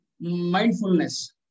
mindfulness